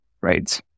right